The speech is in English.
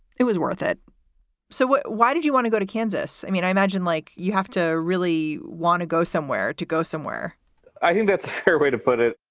it was worth it so why did you want to go to kansas? i mean, i imagine, like, you have to really want to go somewhere to go somewhere i think that's a fair way to put it.